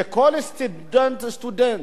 שכל סטודנט וסטודנט,